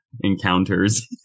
encounters